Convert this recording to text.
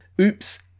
oops